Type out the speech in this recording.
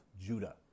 Judah